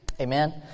Amen